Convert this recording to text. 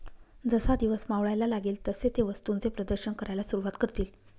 जसा दिवस मावळायला लागेल तसे ते वस्तूंचे प्रदर्शन करायला सुरुवात करतील